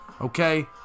Okay